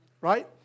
Right